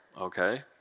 okay